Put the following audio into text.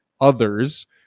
others